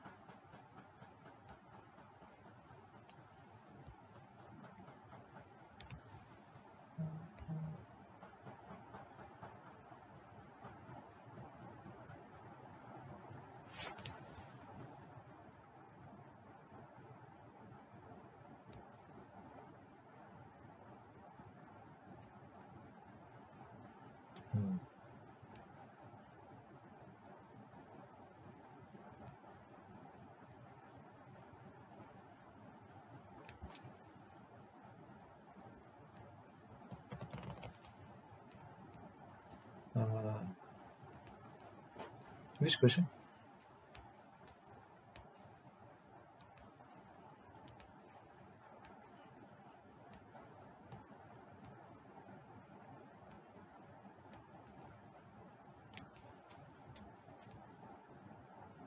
mm uh which question